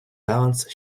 balance